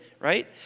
right